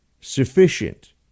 sufficient